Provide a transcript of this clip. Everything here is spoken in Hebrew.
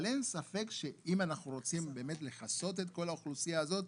אבל אין ספק שאם אנחנו רוצים באמת לכסות את כל האוכלוסייה הזאת,